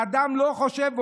האדם לא חושב,